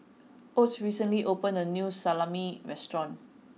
Ott recently opened a new Salami restaurant